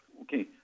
Okay